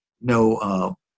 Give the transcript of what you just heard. no